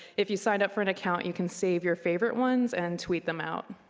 if you signed up for an account, you can save your favorite ones and tweet them out.